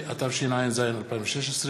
5251, 5297 ו-5310.